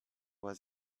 was